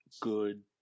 good